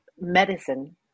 medicine